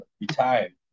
retired